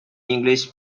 english